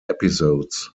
episodes